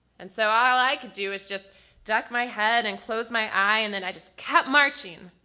and so all i could do was just duck my head and close my eye and then i just kept marching,